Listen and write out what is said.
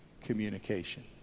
communication